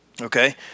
okay